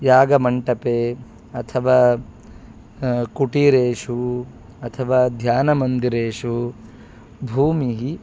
यागमण्डपे अथवा कुठीरेषु अथवा ध्यानमन्दिरेषु भूमिः